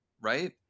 right